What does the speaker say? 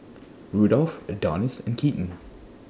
Rudolf Adonis and Keaton